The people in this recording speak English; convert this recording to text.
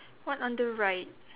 one on the right